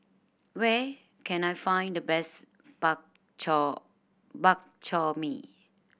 where can I find the best bak chor Bak Chor Mee